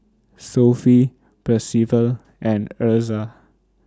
Sophie Percival and Ezra